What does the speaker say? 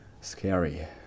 scary